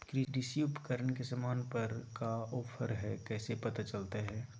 कृषि उपकरण के सामान पर का ऑफर हाय कैसे पता चलता हय?